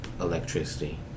electricity